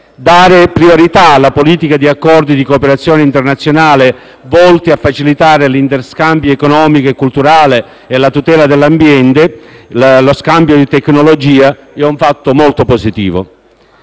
Dare priorità alla politica di accordi di cooperazione internazionale volti a facilitare l'interscambio economico e culturale, la tutela dell'ambiente e lo scambio di tecnologia è un fatto molto positivo.